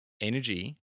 energy